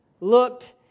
looked